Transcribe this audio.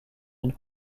une